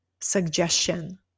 suggestion